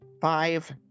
Five